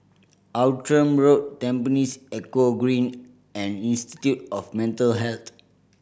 Outram Road Tampines Eco Green and Institute of Mental Health